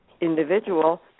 individual